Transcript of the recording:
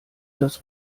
das